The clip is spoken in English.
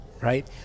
right